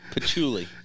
patchouli